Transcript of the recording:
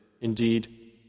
Indeed